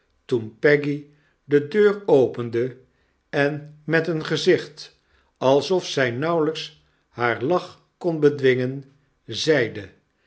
toen peggy de deur opende en met een gezicht alsof zrj nauwelyks haar lach kon bedwingen zeide